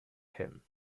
him